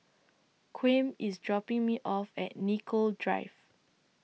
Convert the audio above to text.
Kwame IS dropping Me off At Nicoll Drive